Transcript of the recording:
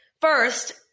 First